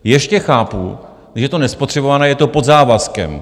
Ještě chápu, když je to nespotřebované, je to pod závazkem.